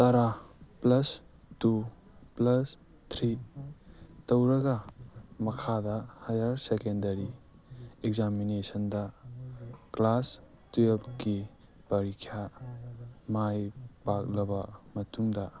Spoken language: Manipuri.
ꯇꯔꯥ ꯄ꯭ꯂꯁ ꯇꯨ ꯄ꯭ꯂꯁ ꯊ꯭ꯔꯤ ꯇꯧꯔꯒ ꯃꯈꯥꯗ ꯍꯥꯏꯌꯔ ꯁꯦꯀꯦꯟꯗꯔꯤ ꯑꯦꯛꯖꯥꯃꯤꯅꯦꯁꯟꯗ ꯀ꯭ꯂꯥꯁ ꯇꯨ꯭ꯋꯦꯜꯞꯀꯤ ꯄꯔꯤꯈ꯭ꯌꯥ ꯃꯥꯏ ꯄꯥꯛꯂꯕ ꯃꯇꯨꯡꯗ